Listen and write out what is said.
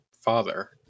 father